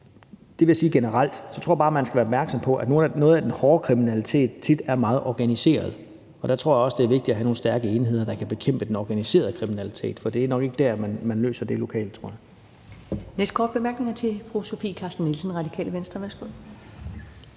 Det vil jeg sige generelt. Og så tror jeg bare, man skal være opmærksom på, at noget af den hårde kriminalitet tit er meget organiseret, og der tror jeg også, det er vigtigt at have nogle stærke enheder, der kan bekæmpe den organiserede kriminalitet, for det er nok ikke der, man løser det lokalt, tror jeg. Kl. 15:12 Første næstformand (Karen Ellemann): Næste korte bemærkning er til fru Sofie Carsten Nielsen, Radikale Venstre.